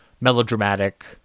melodramatic